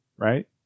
Right